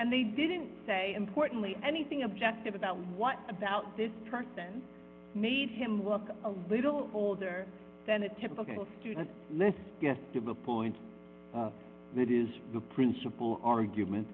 and they didn't say importantly anything objective about what about this person made him look a little older than a typical student let's get to the point of that is the principal argument